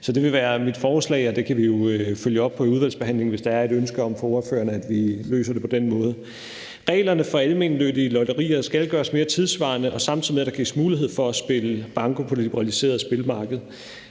så det vil være mit forslag, og det kan vi jo følge op på i udvalgsbehandlingen, hvis der er et ønske fra ordførerne om, at vi løser det på den måde. Reglerne for almennyttige lotterier skal gøres mere tidssvarende, samtidig med at der gives mulighed for at spille banko på det liberaliserede spillemarked.